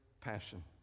passion